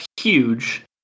huge